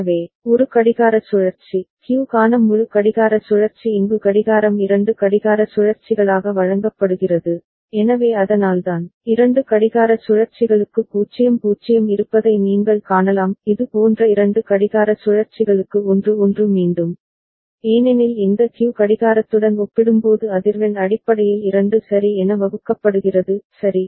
எனவே ஒரு கடிகார சுழற்சி Q க்கான முழு கடிகார சுழற்சி இங்கு கடிகாரம் இரண்டு கடிகார சுழற்சிகளாக வழங்கப்படுகிறது எனவே அதனால்தான் இரண்டு கடிகார சுழற்சிகளுக்கு 0 0 இருப்பதை நீங்கள் காணலாம் இது போன்ற இரண்டு கடிகார சுழற்சிகளுக்கு 1 1 மீண்டும் ஏனெனில் இந்த Q கடிகாரத்துடன் ஒப்பிடும்போது அதிர்வெண் அடிப்படையில் 2 சரி என வகுக்கப்படுகிறது சரி